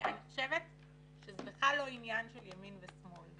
ואני חושבת שזה בכלל לא עניין של ימין ושמאל.